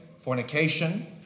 fornication